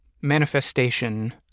manifestation